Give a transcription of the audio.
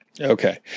Okay